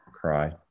cry